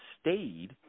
stayed